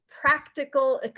Practical